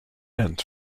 meant